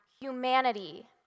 humanity